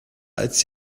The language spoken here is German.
als